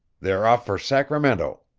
they're off for sacramento.